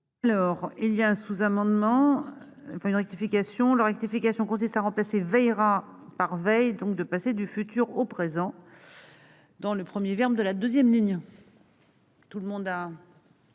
Alors il y a un sous-amendement enfin une rectification la rectification consiste à remplacer veillera par veille donc de passer du futur au présent. Dans le 1er verbe de la 2ème ligne. Tout le monde a.